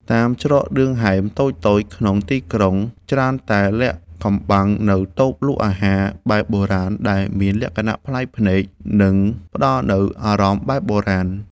តាមច្រកឌឿងហែមតូចៗក្នុងទីក្រុង ច្រើនតែលាក់កំបាំងនូវតូបលក់អាហារបែបបុរាណ ដែលមានលក្ខណៈប្លែកភ្នែក និងផ្ដល់នូវអារម្មណ៍បែបបុរាណ។